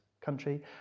country